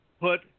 put